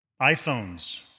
iPhones